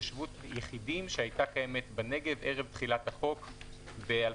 התיישבות יחידים שהייתה קיימת בנגב ערב תחילת החוק ב-2010.